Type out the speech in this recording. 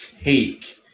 take